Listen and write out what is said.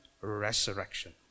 resurrection